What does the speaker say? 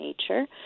nature